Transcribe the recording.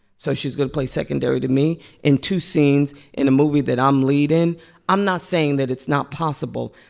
so she's going to play secondary to me in two scenes in a movie that i'm lead in i'm not saying that it's not possible.